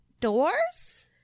doors